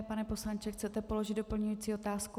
Pane poslanče, chcete položit doplňující otázku?